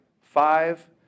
five